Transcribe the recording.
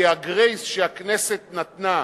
כי ה"גרייס" שהכנסת נתנה,